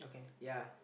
ya